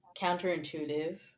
counterintuitive